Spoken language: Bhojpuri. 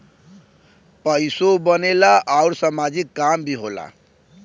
पइसो बनेला आउर सामाजिक काम भी होला